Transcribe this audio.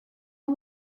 are